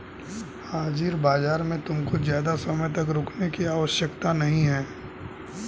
हाजिर बाजार में तुमको ज़्यादा समय तक रुकने की आवश्यकता नहीं है